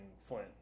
Flint